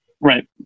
Right